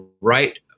right